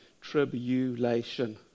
Tribulation